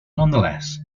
nonetheless